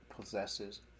possesses